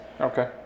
Okay